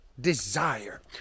desire